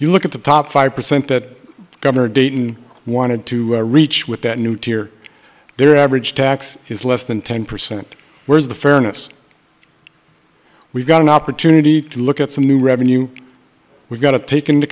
you look at the top five percent that governor dayton wanted to reach with that new tear their average tax is less than ten percent where's the fairness we've got an opportunity to look at some new revenue we've got to take into